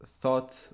thought